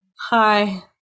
hi